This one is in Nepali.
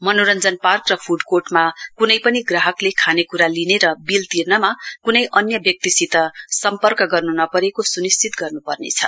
मनोरञ्जन पार्क र फूड कोर्टमा कुनै पनि ग्राहकले खानेकुरा लिने र विल तिर्नमा कुनै अन्य व्यक्तिसित सम्पर्क गर्नुनपरेको सुनिश्चित गर्नुपर्छ